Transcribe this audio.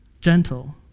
gentle